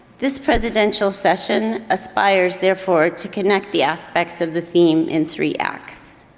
this presidential session aspires therefore to connect the aspects of the theme in three acts.